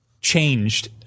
changed